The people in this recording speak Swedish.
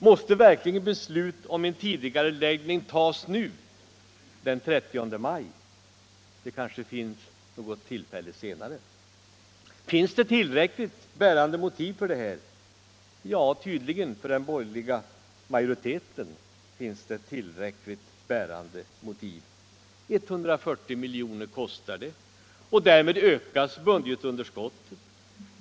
Måste verkligen beslut om en tidigareläggning tas nu, den 30 maj? Finns det tillräckligt bärande motiv för det här? Ja, tydligen — för den borgerliga majoriteten finns det tillräckligt bärande motiv. 140 miljoner kostar det. Därmed ökas budgetunderskottet.